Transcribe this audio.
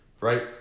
right